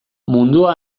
mundua